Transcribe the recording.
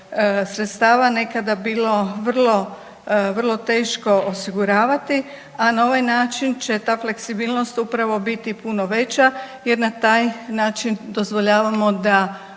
sredstava nekada bilo vrlo, vrlo teško osiguravati, a na ovaj način će ta fleksibilnost upravo biti puno veća jer na taj način dozvoljavamo da